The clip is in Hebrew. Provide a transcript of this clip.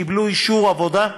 קיבלו אישור עבודה.